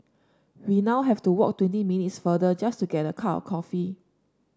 we now have to walk twenty minutes farther just to get a cup of coffee